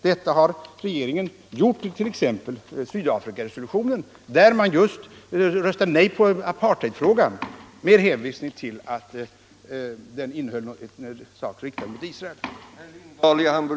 Detta har regeringen exempelvis gjort beträffande Sydafrikaresolutionen där man röstade nej i apart heidfrågan med hänvisning till att resolutionen också innehöll ett uttalande riktat mot Israel.